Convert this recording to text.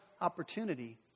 opportunity